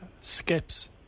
Skips